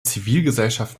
zivilgesellschaft